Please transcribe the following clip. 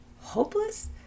Hopeless